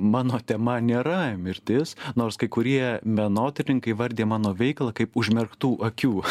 mano tema nėra mirtis nors kai kurie menotyrininkai įvardija mano veiklą kaip užmerktų akių